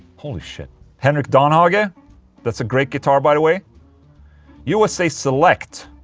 holy shit henrik danhage and that's a great guitar by the way usa select,